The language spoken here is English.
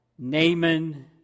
Naaman